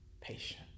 patient